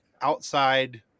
outside